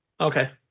Okay